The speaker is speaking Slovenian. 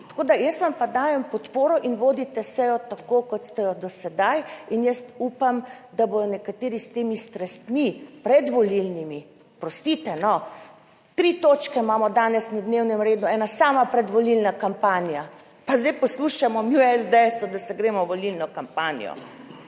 tako da jaz vam pa dajem podporo in vodite sejo tako kot ste jo do sedaj. In jaz upam, da bodo nekateri s temi strastmi pred volilnimi, oprostite no, tri točke imamo danes na dnevnem redu, ena sama predvolilna kampanja. Pa zdaj poslušamo mi v SDS, da se gremo v volilno kampanjo,